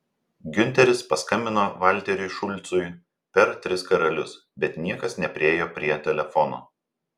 giunteris paskambino valteriui šulcui per tris karalius bet niekas nepriėjo prie telefono